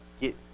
get